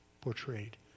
portrayed